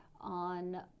on